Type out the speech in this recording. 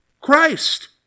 Christ